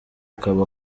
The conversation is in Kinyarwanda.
akaba